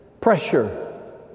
pressure